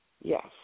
yes